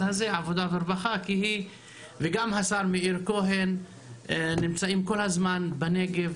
כי היא וגם השר מאיר כהן נמצאים כל הזמן בנגב,